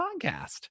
podcast